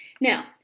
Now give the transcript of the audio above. Now